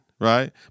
right